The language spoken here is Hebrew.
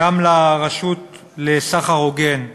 גם לרשות לסחר הוגן,